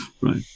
Right